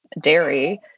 dairy